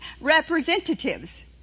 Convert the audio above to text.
representatives